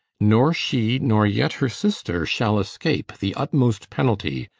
nor she nor yet her sister shall escape the utmost penalty,